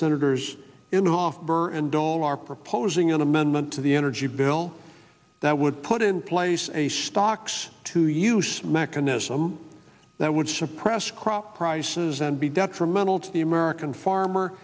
senators in the off burr and dole are proposing an amendment to the energy bill that would put in place a stocks to use mechanism that would suppress crop prices and be detrimental to the american farmer